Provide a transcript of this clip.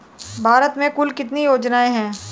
भारत में कुल कितनी योजनाएं हैं?